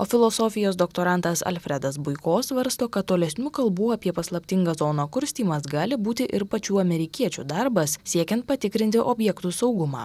o filosofijos doktorantas alfredas buiko svarsto kad tolesnių kalbų apie paslaptingą zoną kurstymas gali būti ir pačių amerikiečių darbas siekiant patikrinti objektų saugumą